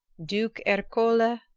duke ercole ii,